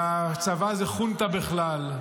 והצבא זה חונטה בכלל,